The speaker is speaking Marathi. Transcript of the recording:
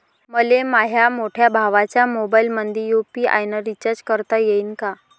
मले माह्या मोठ्या भावाच्या मोबाईलमंदी यू.पी.आय न रिचार्ज करता येईन का?